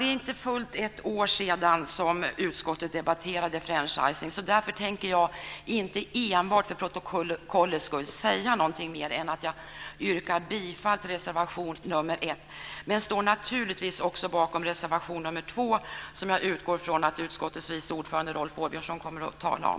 Det är inte fullt ett år sedan utskottet senast debatterade franchising. Därför tänker jag inte enbart för protokollets skull säga någonting mer än att jag yrkar bifall till reservation 1 men naturligtvis står bakom även reservation 2, som jag utgår från att utskottets vice ordförande Rolf Åbjörnsson kommer att tala om.